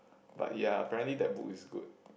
but ya apparently that book is good